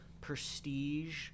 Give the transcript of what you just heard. prestige